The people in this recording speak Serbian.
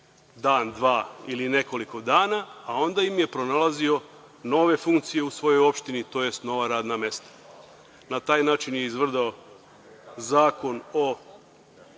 dan, dva ili nekoliko dana, a onda im je pronalazio nove funkcije u svojoj opštini, tj. nova radna mesta. Na taj način je izvrdao Zakon o